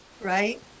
right